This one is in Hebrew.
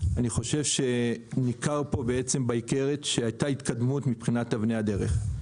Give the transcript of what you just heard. אני חושב שניכר פה בעצם באיגרת שהייתה התקדמות מבחינת אבני הדרך.